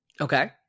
Okay